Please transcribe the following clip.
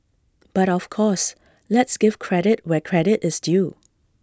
but of course let's give credit where credit is due